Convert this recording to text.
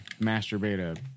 masturbate